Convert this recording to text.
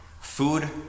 Food